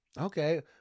okay